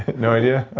no idea?